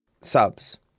subs